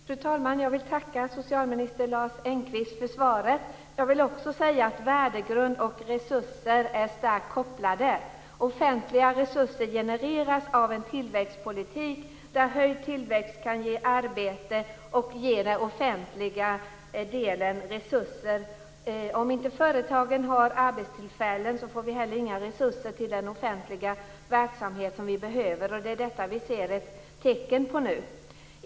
Fru talman! Jag vill tacka socialministern för svaret. Jag vill också säga att värdegrund och resurser är starkt sammankopplade. Offentliga resurser genereras av en tillväxtpolitik där höjd tillväxt kan ge arbete och ge den offentliga sidan resurser. Om inte företagen kan erbjuda arbetstillfällen får vi heller inga resurser till den offentliga verksamhet som vi behöver. Detta ser vi ett tecken på nu.